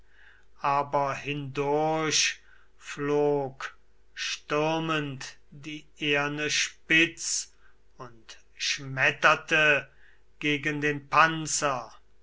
aber hindurch flog stürmend die eherne spitz und schmetterte gegen den panzer